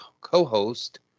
co-host